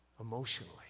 emotionally